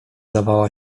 dawała